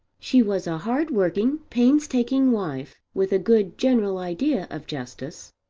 she was a hardworking, painstaking wife, with a good general idea of justice.